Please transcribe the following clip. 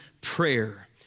prayer